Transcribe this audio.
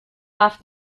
darf